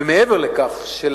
ומעבר לכך, של